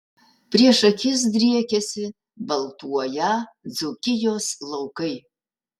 prieš akis driekėsi baltuoją dzūkijos laukai